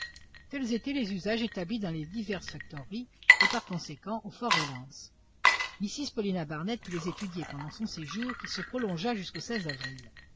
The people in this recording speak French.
tels étaient les usages établis dans les diverses factoreries et par conséquent au fort reliance mrs paulina barnett put les étudier pendant son séjour qui se prolongea jusqu'au avril